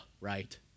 right